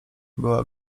była